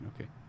Okay